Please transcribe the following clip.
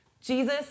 Jesus